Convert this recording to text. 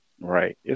Right